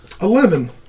Eleven